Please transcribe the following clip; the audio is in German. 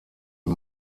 die